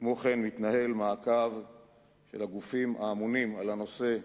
כמו כן התנהל מעקב של הגופים האמונים על הנושא פה,